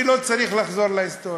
אני לא צריך לחזור להיסטוריה,